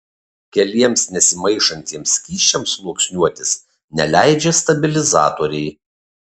keliems nesimaišantiems skysčiams sluoksniuotis neleidžia stabilizatoriai